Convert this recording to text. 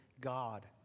God